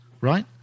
right